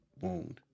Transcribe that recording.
wound